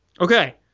Okay